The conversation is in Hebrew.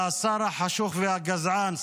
והשר החשוך והגזען,